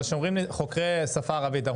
אבל שאומרים חוקרי השפה הערבית,